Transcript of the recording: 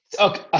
okay